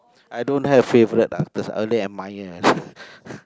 I don't have favourite ah there's only admire